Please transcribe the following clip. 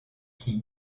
qui